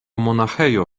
monaĥejo